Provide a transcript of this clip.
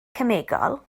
cemegol